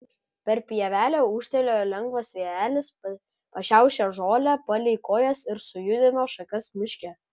per pievelę ūžtelėjo lengvas vėjelis pašiaušė žolę palei kojas ir sujudino šakas miške